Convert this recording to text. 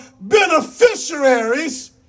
beneficiaries